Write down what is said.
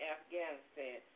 Afghanistan